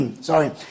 sorry